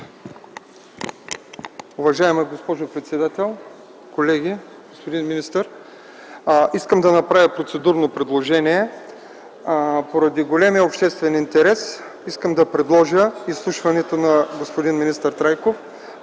Уважаема госпожо председател, колеги, господин министър! Искам да направя процедурно предложение поради големия обществен интерес изслушването на господин министър Трайков